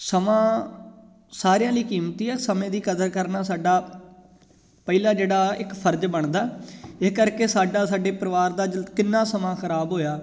ਸਮਾਂ ਸਾਰਿਆਂ ਲਈ ਕੀਮਤੀ ਆ ਸਮੇਂ ਦੀ ਕਦਰ ਕਰਨਾ ਸਾਡਾ ਪਹਿਲਾ ਜਿਹੜਾ ਇੱਕ ਫਰਜ਼ ਬਣਦਾ ਇਸ ਕਰਕੇ ਸਾਡਾ ਸਾਡੇ ਪਰਿਵਾਰ ਦਾ ਕਿੰਨਾ ਸਮਾਂ ਖ਼ਰਾਬ ਹੋਇਆ